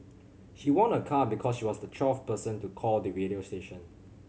she won a car because she was the twelfth person to call the radio station